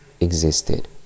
existed